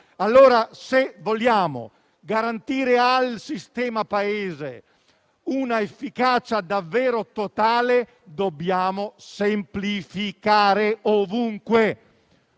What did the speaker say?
Se vogliamo garantire al sistema Paese una efficacia davvero totale, dobbiamo semplificare ovunque.